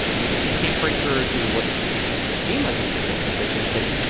he can't break through to what would seem like his natural constituency.